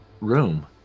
room